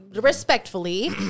respectfully